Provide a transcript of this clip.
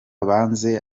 basanze